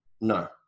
No